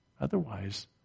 Otherwise